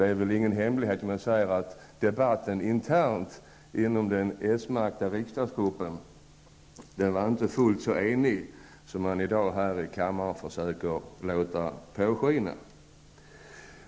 Det är väl ingen hemlighet att den s-märkta riksdagsgruppen i debatten internt inte var så enig som de vill låta påskina här i kammaren i dag.